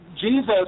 Jesus